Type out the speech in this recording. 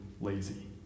lazy